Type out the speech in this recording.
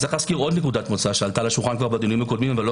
יש להזכיר עוד נקודת מוצא שעלתה לשולחן בדיונים הקודמים ולא